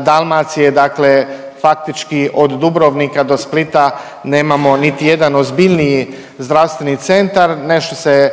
Dalmacije, dakle faktički od Dubrovnika do Splita nemamo niti jedan ozbiljniji zdravstveni centar. Nešto se